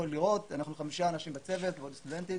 אנחנו חמישה אנשים בצוות ועוד סטודנטית.